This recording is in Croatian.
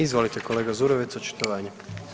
Izvolite kolega Zurovec, očitovanje.